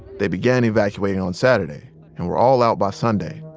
they began evacuating on saturday and were all out by sunday.